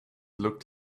looked